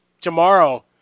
tomorrow